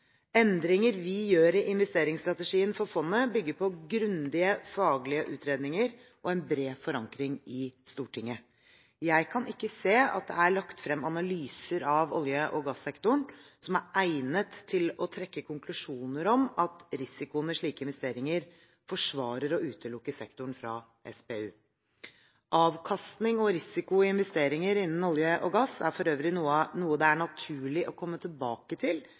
Endringer vi gjør i investeringsstrategien for fondet, bygger på grundige faglige utredninger og en bred forankring i Stortinget. Jeg kan ikke se at det er lagt frem analyser av olje- og gassektoren som er egnet til å trekke konklusjoner om at risikoen ved slike investeringer forsvarer å utelukke sektoren fra SPU. Avkastning og risiko i investeringer innenfor olje og gass er for øvrig noe det er naturlig å komme tilbake til